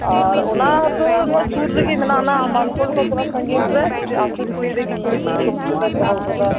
ᱟᱨ ᱚᱱᱟ ᱫᱚ ᱱᱚᱜᱼᱚᱭ ᱥᱩᱨ ᱨᱮᱜᱮ ᱢᱮᱱᱟᱜ ᱚᱱᱟ ᱢᱟᱱᱠᱚᱲ ᱠᱚ ᱛᱷᱚᱲᱟ ᱥᱟᱸᱜᱤᱧᱨᱮ ᱢᱤᱫᱴᱟᱝ ᱟᱹᱛᱩ ᱵᱷᱤᱛᱤᱨ ᱨᱮᱜᱮ ᱠᱩᱲᱤᱠᱚ ᱞᱟᱹᱜᱤᱫ ᱦᱳᱥᱴᱮᱞ ᱞᱮ ᱫᱚᱦᱚ ᱟᱠᱟᱫᱟ